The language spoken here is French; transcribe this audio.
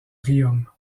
riom